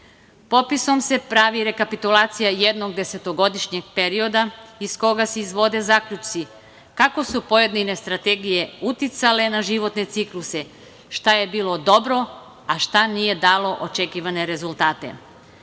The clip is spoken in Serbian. Popisom se pravi rekapitulacija jednog desetogodišnjeg perioda iz koga se izvode zaključci kako su pojedine strategije uticale na životne cikluse, šta je bilo dobro, a šta nije dalo očekivane rezultate.